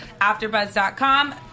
AfterBuzz.com